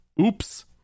Oops